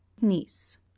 Niece